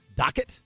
docket